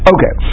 Okay